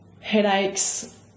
headaches